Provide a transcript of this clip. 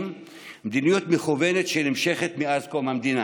היא מדיניות מכוונת שנמשכת מאז קום המדינה.